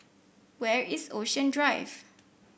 where is Ocean Drive